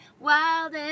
wild